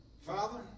Father